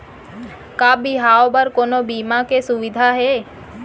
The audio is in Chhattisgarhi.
का बिहाव बर कोनो बीमा के सुविधा हे?